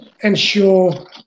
ensure